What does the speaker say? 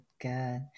Good